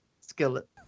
Skillet